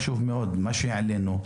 חשוב מאוד מה שהעלינו,